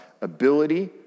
ability